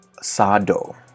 sado